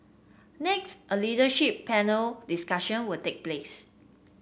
next a leadership panel discussion will take place